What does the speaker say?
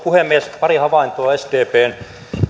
puhemies pari havaintoa sdpn